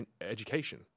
education